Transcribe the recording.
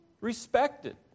respected